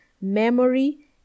memory